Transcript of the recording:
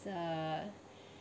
uh